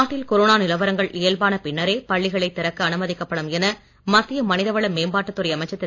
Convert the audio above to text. நாட்டில் கொரோனா நிலவரங்கள் இயல்பான பின்னரே பள்ளிகளைத் திறக்க அனுமதிக்கப்படும் என மத்திய மனிதவள மேம்பாட்டுத் துறை அமைச்சர் திரு